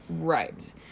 right